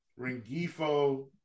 Ringifo